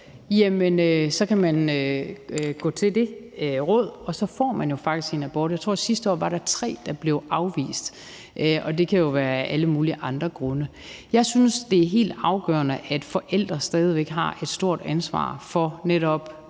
kan man netop gå til det råd, og så får man jo faktisk en abort. Jeg tror, at der sidste år var tre, der blev afvist, og det kan jo være af alle mulige andre grunde. Jeg synes, det er helt afgørende, at forældre stadig væk har et stort ansvar for netop